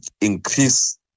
increase